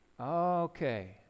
Okay